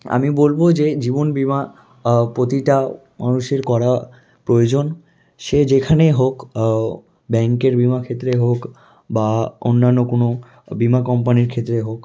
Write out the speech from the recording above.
আমি বলবো যে জীবন বিমা প্রতিটা মানুষের করা প্রয়োজন সে যেখানে হোক ব্যাংকের বিমা ক্ষেত্রে হোক বা অন্যান্য কোনো বিমা কম্পানির ক্ষেত্রে হোক